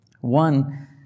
One